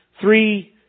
Three